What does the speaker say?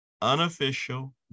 unofficial